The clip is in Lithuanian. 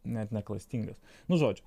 net neklastingas nu žodžiu